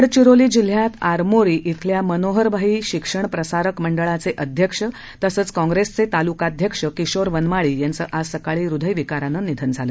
गडचिरोली जिल्ह्यात आरमोरी इथल्या मनोहरभाई शिक्षण प्रसारक मंडळाचे अध्यक्ष तसंच काँग्रेसचे तालुकाध्यक्ष किशोर वनमाळी यांचं आज सकाळी हृदयविकारानं निधन झालं